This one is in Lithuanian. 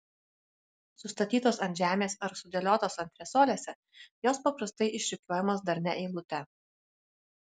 sustatytos ant žemės ar sudėliotos antresolėse jos paprastai išrikiuojamos darnia eilute